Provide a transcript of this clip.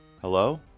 Hello